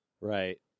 Right